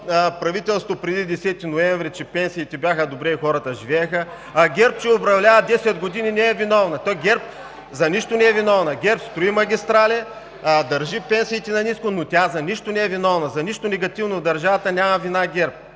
правителството преди 10 ноември, че пенсиите бяха добри и хората живееха. А ГЕРБ, че управлява 10 години не е виновна?! То ГЕРБ за нищо не е виновна. ГЕРБ строи магистрали, държи пенсиите ниско, но тя за нищо не е виновна. За нищо негативно в държавата няма вина ГЕРБ.